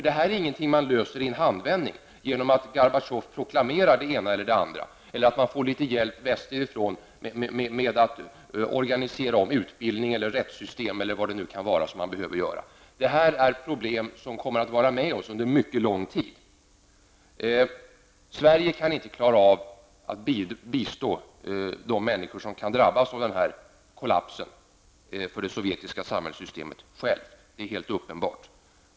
Det är ingenting som kan lösas i en handvänding, genom att Gorbatjov proklamerar det ena eller det andra eller att man får litet hjälp västerifrån med att omorganisera utbildning, rättssystem eller vad det nu kan vara. Det här är problem som kommer att vara med oss under en mycket lång tid. Sverige ensamt kan inte klara av att ge bistånd till de människor som kan drabbas av en eventuell kollaps av det sovjetiska samhällssystemet. Detta är helt uppenbart.